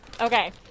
Okay